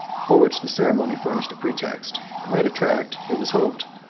for which the ceremony furnished a pretext, might attract, it was hoped,